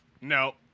No